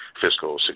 fiscal